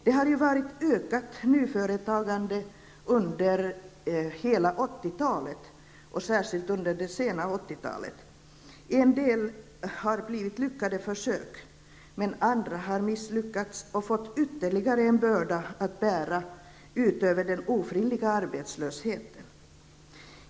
Nyföretagandet har ökat under hela 80-talet, särskilt under det sena 80-talet. En del försök har lyckats. Andra har misslyckats och fått ytterligare en börda att bära utöver den ofrivilliga arbetslösheten.